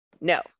no